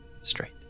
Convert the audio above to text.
straight